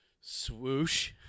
swoosh